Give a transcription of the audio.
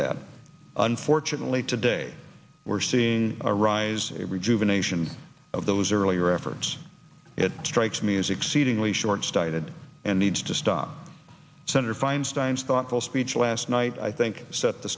that unfortunately today we're seeing a rise a rejuvenation of those earlier efforts it strikes me as exceedingly shortsighted and needs to stop senator feinstein's thoughtful speech last night i think set the